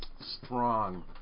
strong